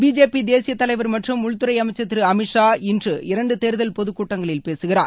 BJP தேசிய தலைவர் மற்றும் உள்துறை அமைச்சர் திரு அமித் ஷா இன்று இரண்டு தேர்தல் பொதுக் கூட்டங்களில் பேசுகிறார்